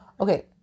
okay